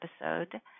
episode